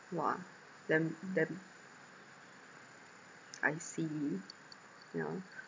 !wah! damn damn I see yeah